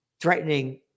threatening